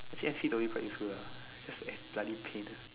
actually actually quite useful lah just that bloody pain